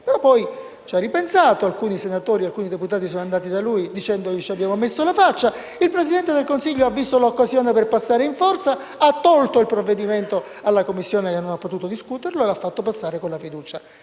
però ci ha ripensato; alcuni senatori e alcuni deputati sono andati da lui dicendogli che ci avevano messo la faccia, il Presidente del Consiglio ha visto l'occasione per passare in forza, ha tolto il provvedimento alla Commissione, che non ha potuto discuterlo, e l'ha fatto passare con la fiducia.